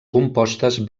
compostes